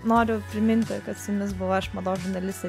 noriu priminti kad su jumis buvau aš mados žurnalistė